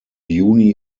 juni